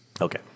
Okay